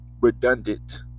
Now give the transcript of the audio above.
redundant